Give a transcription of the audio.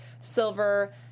Silver